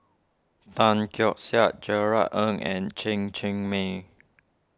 Tan Keong Saik Gerard Ng and Chen Cheng Mei